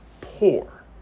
poor